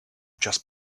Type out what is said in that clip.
just